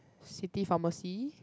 city pharmacy